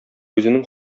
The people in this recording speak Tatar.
үзенең